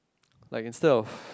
like instead of